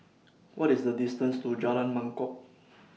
What IS The distance to Jalan Mangkok